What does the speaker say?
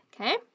Okay